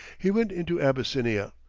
he went into abyssinia,